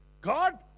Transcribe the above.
God